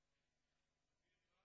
השם, מחר,